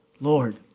Lord